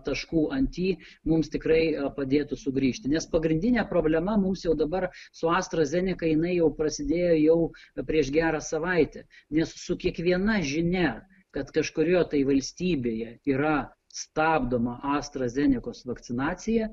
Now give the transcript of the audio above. taškų ant i mums tikrai padėtų sugrįžti nes pagrindinė problema mums jau dabar su astra zeneka jinai jau prasidėjo jau prieš gerą savaitę nes su kiekviena žinia kad kažkurioj tai valstybėje yra stabdoma astra zenekos vakcinacija